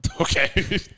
Okay